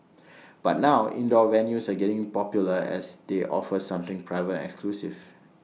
but now indoor venues are getting popular as they offer something private exclusive